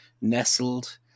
nestled